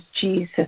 Jesus